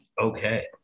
Okay